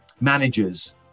managers